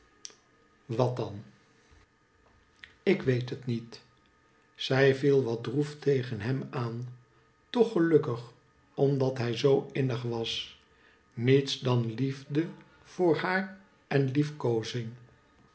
wat dan ik weet het niet zij viel wat droef tegen hem aan toch gelukkig omdat hij zoo innig was niets dan liefde voor haar en liefkoozing